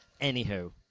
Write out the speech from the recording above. Anywho